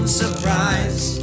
surprise